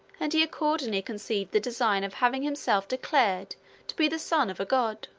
and he accordingly conceived the design of having himself declared to be the son of a god.